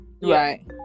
Right